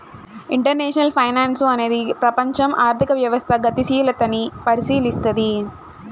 international finance అనేది ప్రపంచం ఆర్థిక వ్యవస్థ గతిశీలతని పరిశీలస్తది